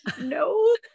no